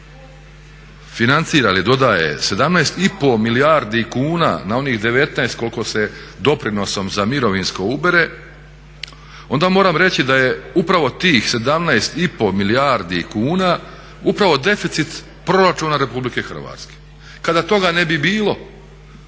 financira ili dodaje 17,5 milijardi kuna na onih 19 koliko se doprinosom za mirovinsko ubere onda moram reći da je upravo tih 17,5 milijardi kuna upravo deficit proračuna RH. Kada toga ne bi bilo